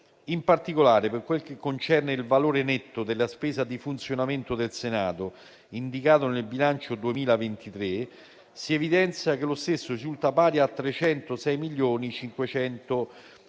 In particolare, per quel che concerne il valore netto della spesa di funzionamento del Senato indicato nel bilancio 2023, si evidenzia che lo stesso risulta pari a 306.550.000 euro,